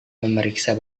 memeriksa